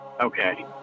Okay